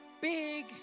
big